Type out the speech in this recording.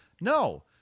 No